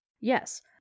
Yes